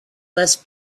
less